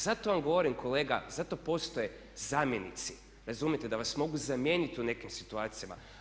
Zato vam govorim kolega zato postoje zamjenici, razumijete, da vas mogu zamijeniti u nekim situacijama.